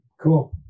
Cool